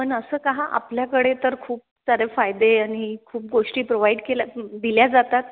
पण असं का हा आपल्याकडे तर खूप सारे फायदे आणि खूप गोष्टी प्रोव्हाइड केल्या दिल्या जातात